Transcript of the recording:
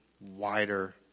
wider